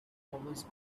always